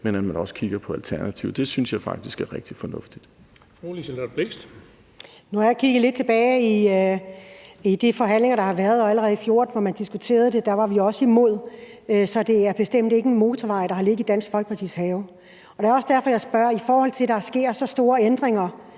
Fru Liselott Blixt. Kl. 17:24 Liselott Blixt (DF): Nu har jeg kigget lidt tilbage i de forhandlinger, der har været, og allerede i 2014, hvor man diskuterede det, var vi også imod, så det er bestemt ikke en motorvej, der har ligget i Dansk Folkepartis have. Det er også derfor, jeg spørger – i forhold til at der sker så store ændringer